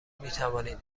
میتوانید